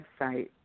website